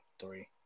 three